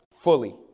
Fully